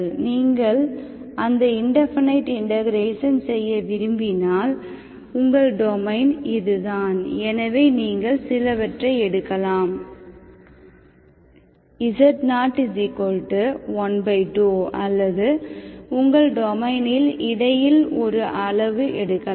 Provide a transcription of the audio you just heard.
நீங்கள் அந்த indefinite integration செய்ய விரும்பினால் உங்கள் டொமைன் இதுதான் எனவே நீங்கள் சிலவற்றை எடுக்கலாம் z012 அல்லது உங்கள் டொமைனில் இடையில் ஒரு அளவு எடுக்கலாம்